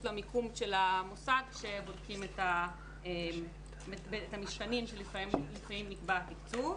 למיקום של המוסד כשבודקים את המשתנים שלפיהם נקבע התקצוב,